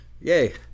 Yay